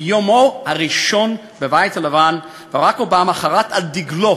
מיומו הראשון בבית הלבן ברק אובמה חרת על דגלו